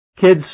Kids